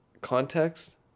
Context